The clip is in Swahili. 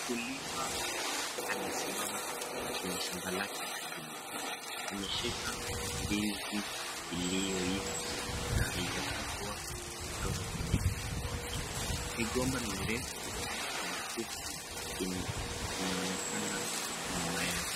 Mkulima amesimama kwenye shamba lake. Ameshika ndizi iliyoiva haijakatwa kutoka kwenye mgomba wake. Migomba mirefu na mifupi inaonekana nyuma yake.